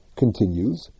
continues